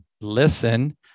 listen